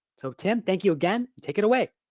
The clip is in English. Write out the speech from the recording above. so tim, thank you again, take it away.